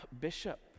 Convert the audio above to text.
Bishop